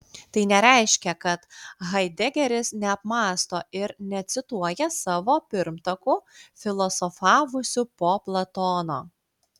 tai nereiškia kad haidegeris neapmąsto ir necituoja savo pirmtakų filosofavusių po platono